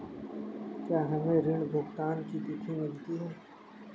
क्या हमें ऋण भुगतान की तिथि मिलती है?